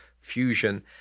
fusion